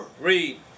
Read